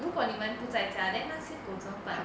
如果你们不在家 then 那些狗怎么办